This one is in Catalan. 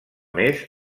més